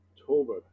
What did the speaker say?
October